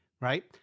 Right